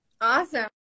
Awesome